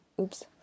oops